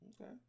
Okay